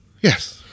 Yes